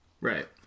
Right